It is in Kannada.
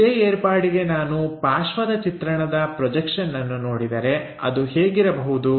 ಇದೇ ಏರ್ಪಾಡಿಗೆ ನಾನು ಪಾರ್ಶ್ವದ ಚಿತ್ರಣದ ಪ್ರೊಜೆಕ್ಷನ್ಅನ್ನು ನೋಡಿದರೆ ಅದು ಹೇಗಿರಬಹುದು